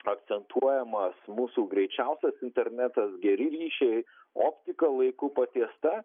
akcentuojamas mūsų greičiausias internetas geri ryšiai optika laiku patiesta